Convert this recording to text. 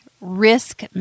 risk